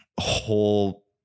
whole